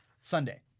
Sunday